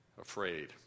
afraid